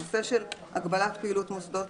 הנושא של הגבלת פעילות מוסדות